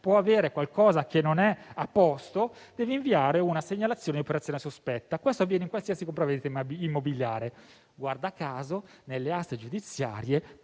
può avere qualcosa che non è a posto, invia una segnalazione per operazione sospetta. Questo avviene per qualsiasi compravendita immobiliare. Guarda caso, nelle aste giudiziarie